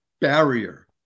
barrier